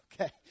Okay